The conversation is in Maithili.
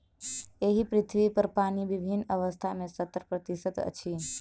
एहि पृथ्वीपर पानि विभिन्न अवस्था मे सत्तर प्रतिशत अछि